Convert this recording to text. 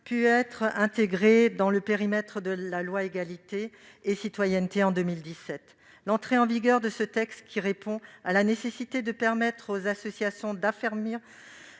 pu être intégrées, en 2017, dans le périmètre de la loi Égalité et citoyenneté. L'entrée en vigueur de ce texte, qui répond à la nécessité de permettre aux associations d'affermir